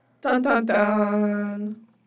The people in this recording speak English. Dun-dun-dun